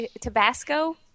Tabasco